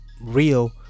real